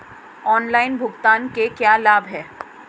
Online भुगतान के क्या लाभ हैं?